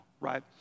right